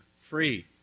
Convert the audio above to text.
Free